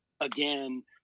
again